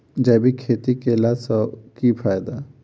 जैविक खेती केला सऽ की फायदा?